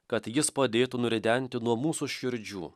kad jis padėtų nuridenti nuo mūsų širdžių